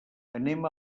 anem